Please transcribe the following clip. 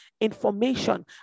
information